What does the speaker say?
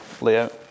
layout